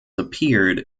appeared